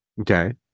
Okay